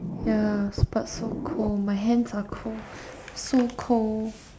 ya but so cold my hands are cold so cold